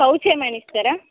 pouch ఏమైనా ఇస్తారా